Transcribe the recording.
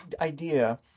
idea